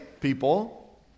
people